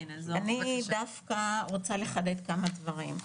אני דווקא רוצה לחדד כמה דברים.